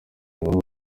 inkuru